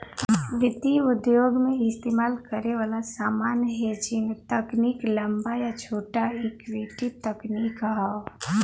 वित्तीय उद्योग में इस्तेमाल करे वाला सामान्य हेजिंग तकनीक लंबा या छोटा इक्विटी तकनीक हौ